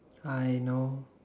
I know